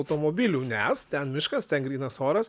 automobilių nes ten miškas ten grynas oras